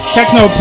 Techno